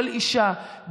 כל אישה,